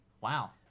Wow